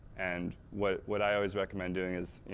and what what i always recommend doing is, you